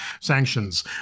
sanctions